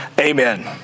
Amen